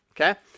Okay